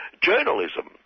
journalism